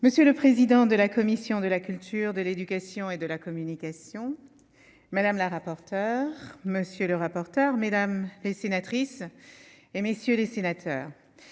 Monsieur le président de la commission de la culture, de l'éducation et de la communication Madame la rapporteure, monsieur le rapporteur, mesdames les sénatrices et messieurs les sénateurs,